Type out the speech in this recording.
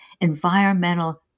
environmental